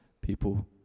people